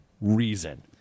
reason